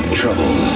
trouble